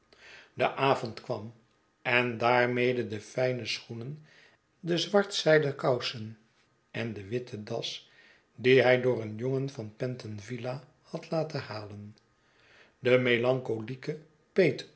de avond kwam en daarmede de fijne schoenen de zwartzijden kousen en de witte das die hij door een jongen van pentonvilla had laten halen de